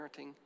parenting